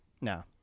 No